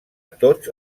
tots